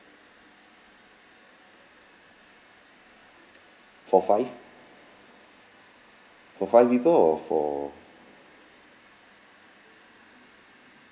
for five for five people or for